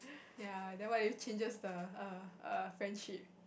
ya then what if it changes the err err friendship